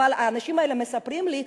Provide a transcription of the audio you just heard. אבל האנשים האלה מספרים לי,